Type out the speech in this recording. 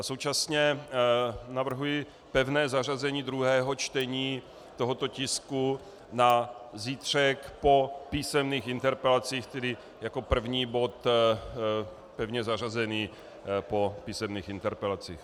Současně navrhuji pevné zařazení druhého čtení tohoto tisku na zítřek po písemných interpelacích, tedy jako první bod pevně zařazený po písemných interpelacích.